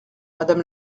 madame